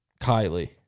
Kylie